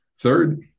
Third